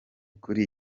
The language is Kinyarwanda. kuri